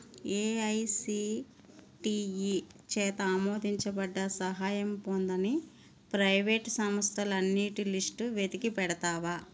AICTE చేత ఆమోదించబడ్డ సహాయం పొందని ప్రైవేటు సంస్థలన్నింటి లిస్టు వెతికి పెడతావా